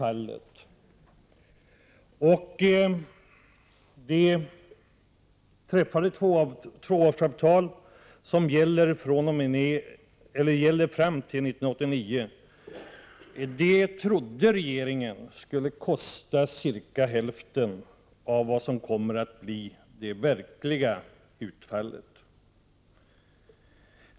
Det träffade tvåårsavtal som gäller fram till 1989 trodde regeringen skulle kosta cirka hälften av vad som kommer att bli det verkliga utfallet.